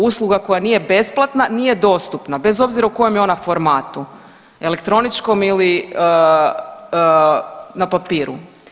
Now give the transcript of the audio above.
Usluga koja nije besplatna nije dostupna bez obzira u kojem je ona formatu, elektroničkom ili na papiru.